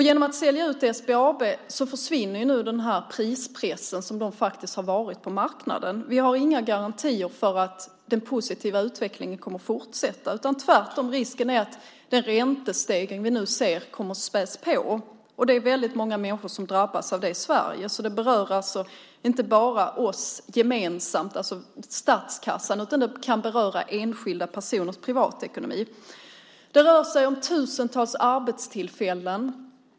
Genom att SBAB säljs ut försvinner den prispress som har funnits på marknaden på grund av SBAB. Vi har inga garantier för att den positiva utvecklingen kommer att fortsätta. Tvärtom är risken att den räntestegring som vi nu ser kommer att spädas på, och det är väldigt många människor som drabbas av detta i Sverige. Det berör alltså inte bara oss gemensamt, alltså statskassan, utan det kan beröra enskilda personers privatekonomi. Det rör sig om tusentals arbetstillfällen.